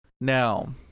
now